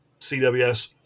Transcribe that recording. CWS